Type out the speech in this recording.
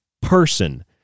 person